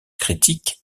critique